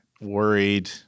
worried